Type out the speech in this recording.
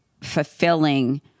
fulfilling